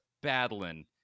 battling